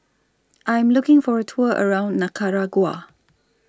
I Am looking For A Tour around Nicaragua